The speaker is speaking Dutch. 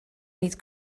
niet